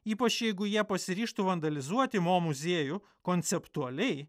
ypač jeigu jie pasiryžtų vandalizuoti mo muziejų konceptualiai